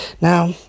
Now